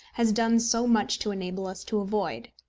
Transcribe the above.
has done so much to enable us to avoid.